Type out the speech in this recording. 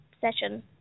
session